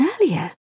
earlier